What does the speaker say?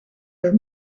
would